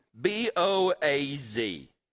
B-O-A-Z